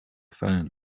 phone